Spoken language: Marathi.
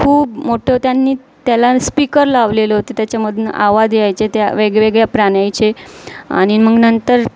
खूप मोठं त्यांनी त्याला स्पीकर लावलेलं होते त्याच्यामधून आवाज यायचे त्या वेगवेगळ्या प्राण्याचे आणि मग नंतर